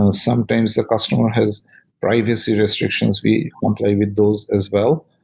um sometimes the customer has privacy restrictions. we comply with those as well.